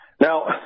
Now